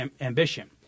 ambition